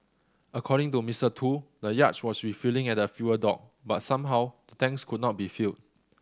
according to Mister Tu the yacht was refuelling at the fuel dock but somehow the tanks could not be filled